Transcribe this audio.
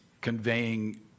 conveying